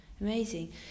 amazing